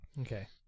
Okay